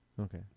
Okay